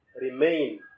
remain